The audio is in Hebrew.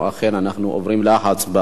לכן אנחנו עוברים להצבעה.